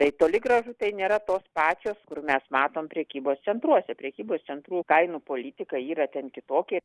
tai toli gražu tai nėra tos pačios kur mes matom prekybos centruose prekybos centrų kainų politika yra ten kitokia